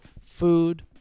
food